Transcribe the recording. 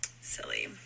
silly